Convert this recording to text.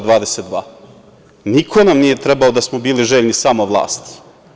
Niko nam nije trebao, da smo bili željni samo vlasti.